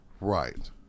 right